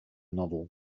novel